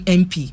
mp